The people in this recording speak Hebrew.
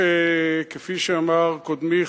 כפי שאמר קודמי,